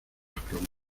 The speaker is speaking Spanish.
exclamó